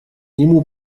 нему